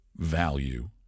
value